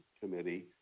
Committee